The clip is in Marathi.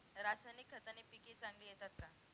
रासायनिक खताने पिके चांगली येतात का?